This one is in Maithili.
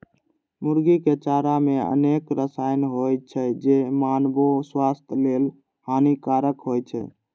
मुर्गीक चारा मे अनेक रसायन होइ छै, जे मानवो स्वास्थ्य लेल हानिकारक होइ छै